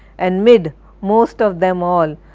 and, mid most of them all,